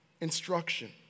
instruction